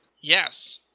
Yes